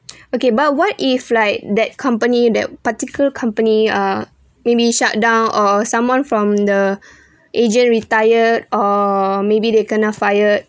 okay but what if like that company that particular company uh maybe shutdown or someone from the agent retired or maybe they kena fired